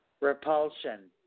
repulsion